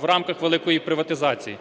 в рамках великої приватизації.